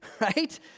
right